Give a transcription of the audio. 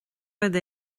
rud